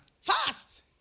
Fast